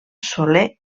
soler